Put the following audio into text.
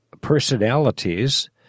personalities